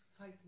fight